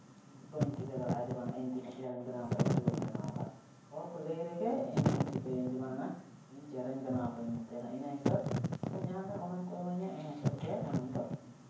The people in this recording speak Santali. ᱵᱟᱹᱧ ᱴᱷᱤᱠᱟᱹ ᱫᱟᱲᱮᱭᱟᱦᱼᱟ ᱤᱧ ᱛᱤᱱᱟᱹᱜ ᱪᱮᱦᱨᱟᱧ ᱵᱮᱱᱟᱣ ᱟᱠᱟᱫᱟ ᱥᱮ ᱵᱟᱹᱧ ᱵᱮᱱᱟᱣ ᱟᱠᱟᱫᱟ ᱦᱚᱲ ᱠᱚ ᱞᱟᱹᱭ ᱨᱮᱜᱮ ᱤᱧᱦᱚᱸᱧ ᱴᱷᱤᱠᱟᱹᱭᱟᱧ ᱡᱮ ᱵᱟᱝᱼᱟ ᱤᱧ ᱪᱮᱦᱨᱟᱧ ᱵᱮᱱᱟᱣ ᱟᱠᱟᱫᱟ ᱢᱮᱱᱛᱮ ᱤᱱᱟᱹ ᱦᱤᱥᱟᱹᱵᱽ ᱟᱠᱚ ᱡᱟᱦᱟᱸ ᱞᱮᱠᱟ ᱜᱚᱱᱚᱝ ᱠᱚ ᱤᱢᱟᱹᱧᱟ ᱤᱱᱟᱹ ᱦᱤᱥᱟᱹᱵᱽᱜᱮ ᱜᱚᱱᱚᱝ ᱫᱚ